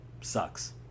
sucks